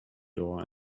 door